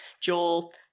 Joel